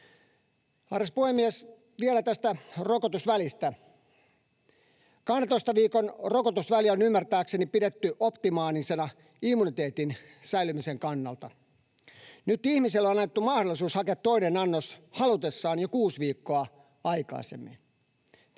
Arvoisa puhemies! Vielä tästä rokotusvälistä. 12 viikon rokotusväliä on ymmärtääkseni pidetty optimaalisena immuniteetin säilymisen kannalta. Nyt ihmisille on annettu mahdollisuus hakea toinen annos halutessaan jo 6 viikkoa aikaisemmin.